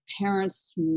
parents